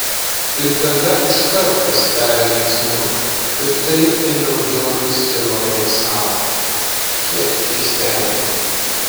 ir tada iškart pasidarė linksmiau ir taip ėmiau džiaugtis kelione į salą kiek tik įstengiau